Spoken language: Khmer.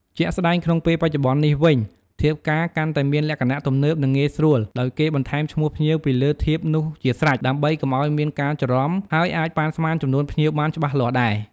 ជាក់ស្ដែង ក្នុងពេលបច្ចុប្បន្ននេះវិញ ធៀបការកាន់តែមានលក្ខណៈទំនើប និងងាយស្រួល ដោយគេបន្ថែមឈ្មោះភ្ញៀវពីលើធៀបនោះជាស្រេច ដើម្បីកុំឱ្យមានការច្រឡំ ហើយអាចប៉ាន់ស្មានចំនួនភ្ញៀវបានច្បាស់លាស់ដែរ។